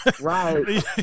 Right